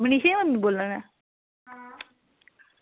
मनीषा दी मम्मी बोलानियां